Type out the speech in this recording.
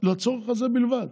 לצורך הזה בלבד.